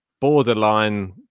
borderline